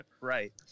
Right